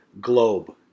Globe